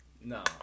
no